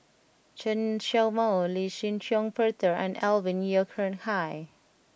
Chen Show Mao Lee Shih Shiong Peter and Alvin Yeo Khirn Hai